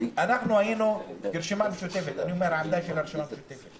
אני אומר את העמדה של הרשימה המשותפת,